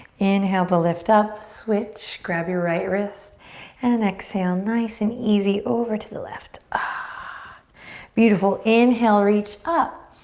inhale to lift up, switch. grab your right wrist and exhale nice and easy over to the left. ah beautiful, inhale, reach up.